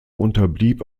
unterblieb